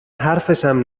حرفشم